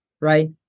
right